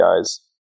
guys